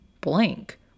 blank